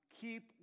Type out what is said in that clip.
Keep